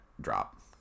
drop